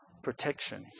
protection